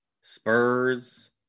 Spurs